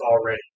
already